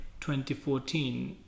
2014